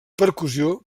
percussió